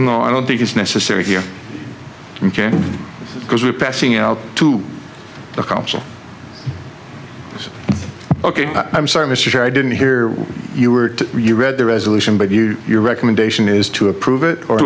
no i don't think it's necessary here because we're passing out to the council so ok i'm sorry mr i didn't hear you were you read the resolution but you your recommendation is to approve it or